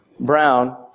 brown